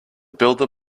builder